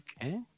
Okay